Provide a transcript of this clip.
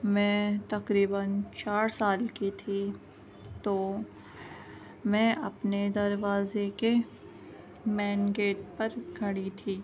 میں تقریبآٓ چار سال کی تھی تو میں اپنے دروازے کے مین گیٹ پر کھڑی تھی